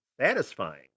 satisfying